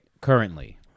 currently